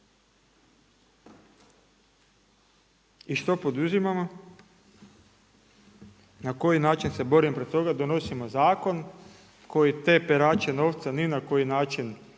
I što poduzimamo? Na koji način se borimo protiv toga? Donosimo zakon koji te perače novca ni na koji način